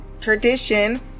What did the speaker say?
tradition